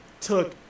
took